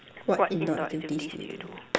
what indoor activities do you do